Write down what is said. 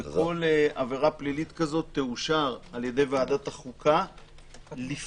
וכל עבירה פלילית כזאת תאושר על ידי ועדת החוקה לפני